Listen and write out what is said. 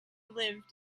lived